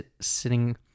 sitting